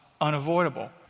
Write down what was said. unavoidable